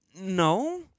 No